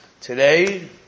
Today